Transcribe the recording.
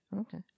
Okay